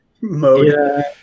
mode